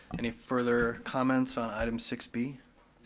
any further comments on item six b?